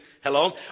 Hello